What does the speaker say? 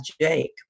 Jake